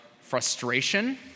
frustration